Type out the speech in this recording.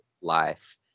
life